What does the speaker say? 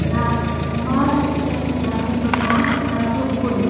ꯂꯥꯛ ꯑꯃ ꯂꯤꯁꯤꯡ ꯌꯥꯡꯈꯩ ꯃꯉꯥ ꯆꯥꯇ꯭ꯔꯨꯛ ꯀꯨꯟ